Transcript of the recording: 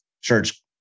Church